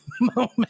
moment